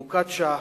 פרוקצ'יה,